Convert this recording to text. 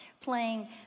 playing